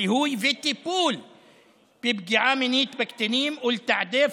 זיהוי וטיפול בפגיעה מינית בקטינים ולתעדף